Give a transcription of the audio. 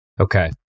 Okay